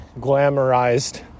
glamorized